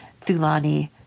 Thulani